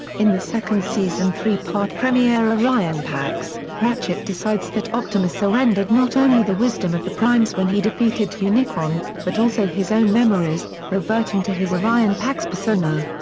in the second season three-part premiere orion pax, ratchet decides that optimus surrendered not only the wisdom of the prime's when he defeated unicron, but also his own memories, reverting to his orion pax persona.